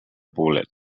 poblet